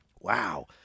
Wow